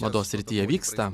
mados srityje vyksta